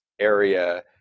area